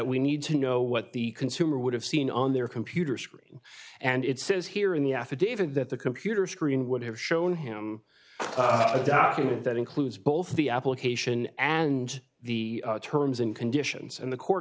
we need to know what the consumer would have seen on their computer screen and it says here in the affidavit that the computer screen would have shown him a document that includes both the application as and the terms and conditions and the court